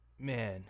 man